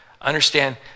Understand